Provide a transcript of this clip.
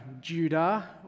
Judah